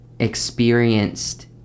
Experienced